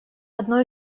одно